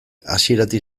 hasieratik